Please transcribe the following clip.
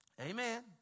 Amen